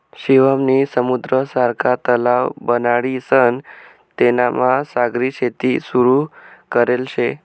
शिवम नी समुद्र सारखा तलाव बनाडीसन तेनामा सागरी शेती सुरू करेल शे